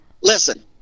Listen